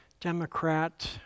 Democrat